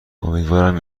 امیدوارم